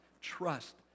trust